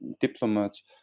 diplomats